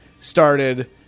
started